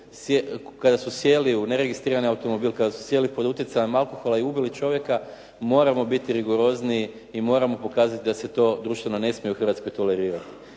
kada su sjeli u neregistrirani automobil, kada su sjeli pod utjecajem alkohola i ubili čovjeka, moramo biti rigorozniji i moramo pokazati da se to društvo ne smije u Hrvatskoj tolerirati.